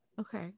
Okay